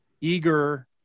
eager